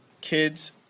kids